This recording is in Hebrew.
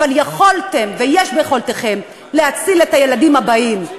אבל יכולתם ויש ביכולתכם להציל את הילדים הבאים.